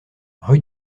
rue